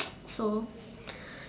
so